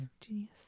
Genius